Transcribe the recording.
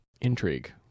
Intrigue